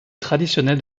traditionnelles